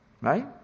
right